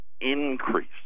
increase